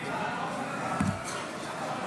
(הוראת